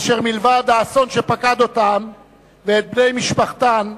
אשר מלבד האסון שפקד אותן ואת בני משפחתן,